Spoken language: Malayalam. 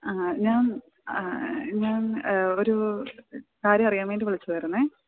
ആ ഞാന് ഞാന് ഒരു കാര്യം അറിയാന് വേണ്ടി വിളിച്ചതായിരുന്നേ